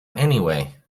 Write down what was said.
anyway